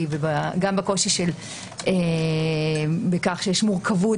בקושי בכך שיש מורכבות,